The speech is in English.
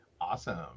Awesome